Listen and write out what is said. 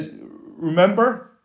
remember